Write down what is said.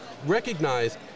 Recognize